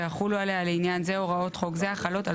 ויחולו עליה לעניין זה הוראות חוק זה החלות על